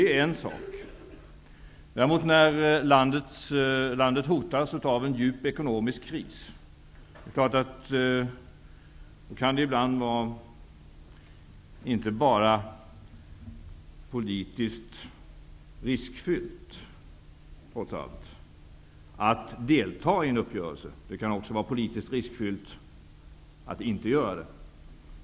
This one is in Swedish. När landet däremot hotas av en djup ekonomisk kris, kan det ibland inte bara vara politiskt riskfyllt att delta i en uppgörelse. Det kan också vara politiskt riskfyllt att inte göra det.